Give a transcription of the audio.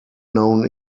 known